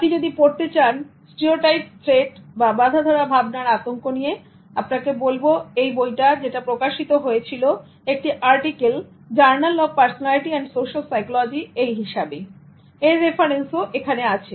আপনি যদি পড়তে চানstereotype threat বা বাঁধাধরা ভাবনার আতঙ্ক নিয়ে আপনাকে বলব এই বইটা যেটা প্রকাশিত হয়েছিল একটি article Journal of Personality and Social Psychology এই হিসাবে এর রেফারেন্সও এখানে আছে